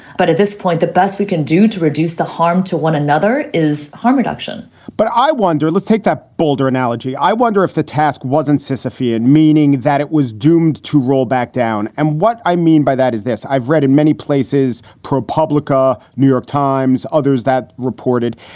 but at this point, the best we can do to reduce the harm to one another is harm reduction but i wonder, let's take that boulder analogy. i wonder if the task wasn't sisyphean, meaning that it was doomed to roll back down. and what i mean by that is this i've read in many places, propublica, new york times, others that reported.